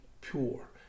pure